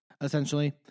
Essentially